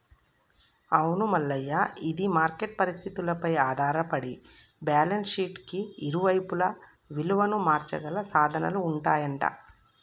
అవును మల్లయ్య ఇది మార్కెట్ పరిస్థితులపై ఆధారపడి బ్యాలెన్స్ షీట్ కి ఇరువైపులా విలువను మార్చగల సాధనాలు ఉంటాయంట